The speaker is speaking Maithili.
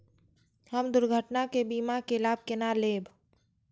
हम दुर्घटना के बीमा के लाभ केना लैब?